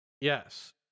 yes